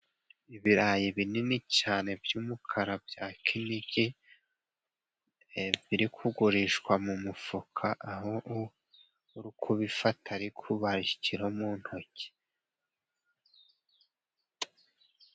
Ibirayi binini cane by'umukara bya kinigi, biri kugurishwa mu mufuka aho uri kubifata ari kubarisha ikilo mu ntoki.